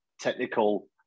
technical